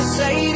say